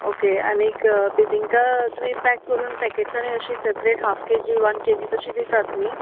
okay आनी बिबिंका तुमी pack करून तुमी पॅकेटसांनी अशे half K G one K G तशी दितात न्हय